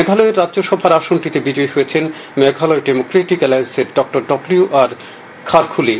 মেঘালয়ের রাজ্যসভার আসনটিতে বিজয়ী হয়েছেন মেঘালয় ডেমোক্রেটিক এলায়েন্সের ড ডব্লিউ আর খারলুখি